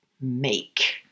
make